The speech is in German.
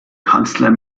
kanzler